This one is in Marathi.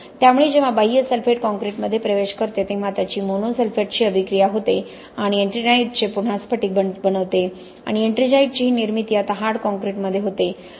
त्यामुळे जेव्हा बाह्य सल्फेट काँक्रीटमध्ये प्रवेश करते तेव्हा त्याची मोनोसल्फेटशी अभिक्रिया होते आणि एट्रिनाइटचे पुन्हा स्फटिक बनवते आणि एट्रिंजाइट ची ही निर्मिती आता हार्ड कॉंक्रिटमध्ये होते